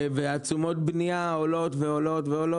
תשומות הבנייה עולות ועולות.